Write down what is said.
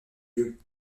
lieux